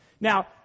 Now